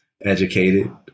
educated